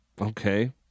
Okay